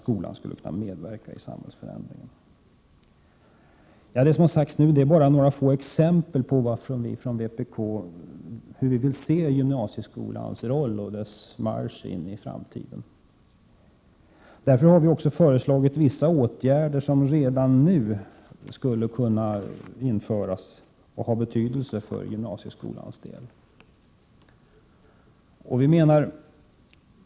Skolan skulle alltså kunna medverka i samhällsförändringen. Det som jag har tagit upp nu är bara några få exempel på hur vpk vill se gymnasieskolans roll och dess marsch in i framtiden. Därför har vi föreslagit vissa åtgärder som redan nu skulle kunna vidtas och som skulle kunna ha betydelse för gymnasieskolans del.